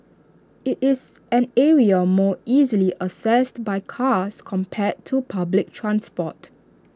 IT is an area more easily accessed by cars compared to public transport